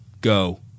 Go